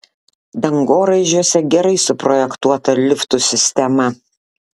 dangoraižiuose gerai suprojektuota liftų sistema